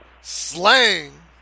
slang